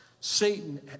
Satan